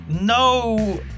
No